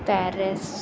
Paris